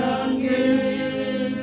again